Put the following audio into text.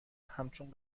همچون